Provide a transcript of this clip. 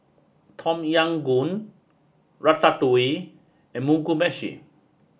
Tom Yam Goong Ratatouille and Mugi meshi